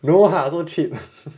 no lah so cheap